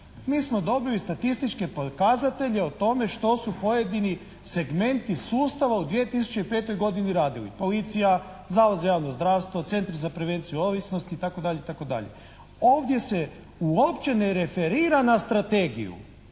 Mi smo dobili statističke pokazatelje o tome što su pojedini segmenti sustava u 2005. godini radili, policija, Zavod za javno zdravstvo, Centar za prevenciju ovisnosti, itd. Ovdje se uopće ne referira na strategiju